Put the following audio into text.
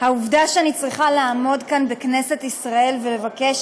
העובדה שאני צריכה לעמוד כאן בכנסת ישראל ולבקש